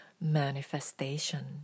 manifestation